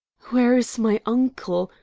where is my uncle,